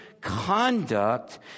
conduct